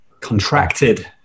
contracted